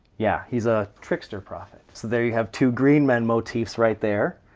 yeah, he's a trickster prophet. so there you have two green men motifs right there.